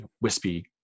wispy